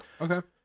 okay